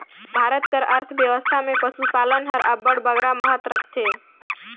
भारत कर अर्थबेवस्था में पसुपालन हर अब्बड़ बगरा महत रखथे